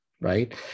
right